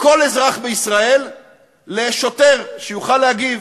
כל אזרח בישראל לשוטר שיוכל להגיב.